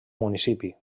municipi